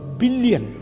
billion